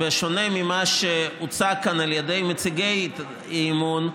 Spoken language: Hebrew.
בשונה ממה שהוצג כאן על ידי מציגי האי-אמון,